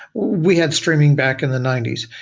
we had streaming back in the ninety s.